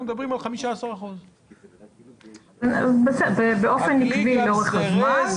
אנחנו מדברים על 15%. הכלי זירז,